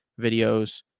videos